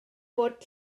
bod